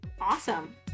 Awesome